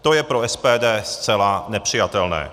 To je pro SPD zcela nepřijatelné.